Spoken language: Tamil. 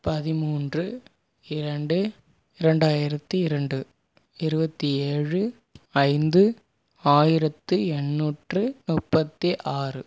பதிமூன்று இரண்டு இரண்டாயிரத்தி இரண்டு இருபத்தி ஏழு ஐந்து ஆயிரத்தி எண்ணூற்று முப்பத்தி ஆறு